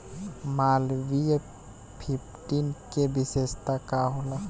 Malviya fifteen के विशेषता का होला?